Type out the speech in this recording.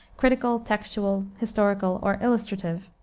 critical, textual, historical, or illustrative,